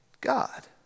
God